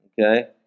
Okay